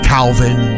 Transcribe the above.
Calvin